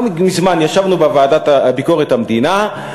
לא מזמן ישבנו בוועדת ביקורת המדינה,